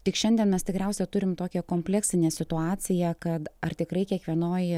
tik šiandien mes tikriausia turim tokią kompleksinę situaciją kad ar tikrai kiekvienoj